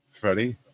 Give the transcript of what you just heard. Freddie